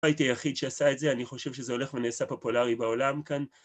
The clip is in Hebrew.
הייתי היחיד שעשה את זה, אני חושב שזה הולך ונעשה פופולרי בעולם כאן.